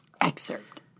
Excerpt